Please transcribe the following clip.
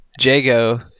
Jago